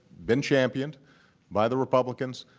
been championed by the republicans.